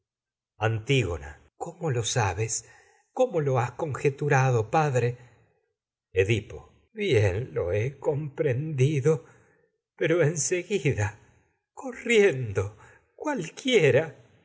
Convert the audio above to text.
conjetu cómo lo sabes cómo lo has rado padre edipo bien lo he comprendido que me pero en seguida de esta corriendo tierra cualquiera